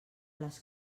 les